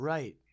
Right